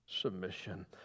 submission